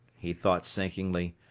he thought sinkingly,